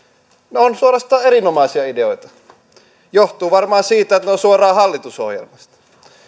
ne ovat suorastaan erinomaisia ideoita se johtuu varmaan siitä että ne ovat suoraan hallitusohjelmasta